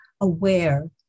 aware